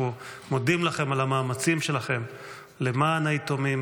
אנחנו מודים לכם על המאמצים שלכם למען היתומים